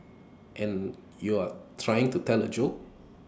and you're trying to tell A joke